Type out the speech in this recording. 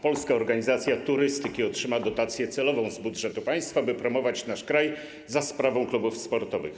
Polska Organizacja Turystyki otrzyma dotację celową z budżetu państwa, by promować nasz kraj za sprawą klubów sportowych.